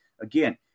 again